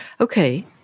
Okay